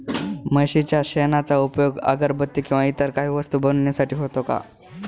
म्हशीच्या शेणाचा उपयोग अगरबत्ती किंवा इतर काही वस्तू बनविण्यासाठी होतो का?